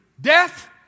Death